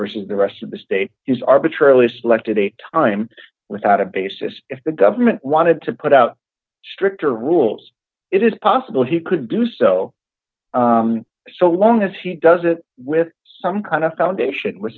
vs the rest of the state is arbitrarily selected a time without a basis if the government wanted to put out stricter rules it is possible he could do so so long as he does it with some kind of foundation with